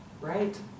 right